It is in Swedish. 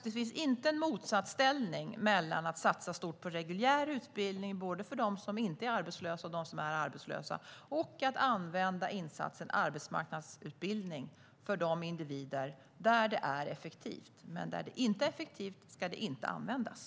Det finns inte någon motsatsställning mellan att å ena sidan satsa stort på reguljär utbildning, både för dem som inte är arbetslösa och för dem som är arbetslösa, och att å andra sidan använda insatsen arbetsmarknadsutbildning för de individer den är effektiv för. Där den inte är effektiv ska den inte användas.